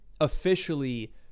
officially